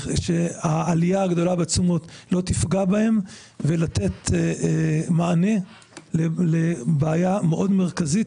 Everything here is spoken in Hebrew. שהעלייה הגדולה בתשומות לא תפגע בהם ולתת מענה לבעיה מאוד מרכזית,